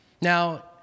Now